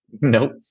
Nope